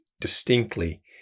distinctly